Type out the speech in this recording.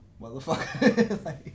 motherfucker